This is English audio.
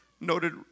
Noted